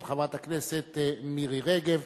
של חברת הכנסת מירי רגב,